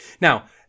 Now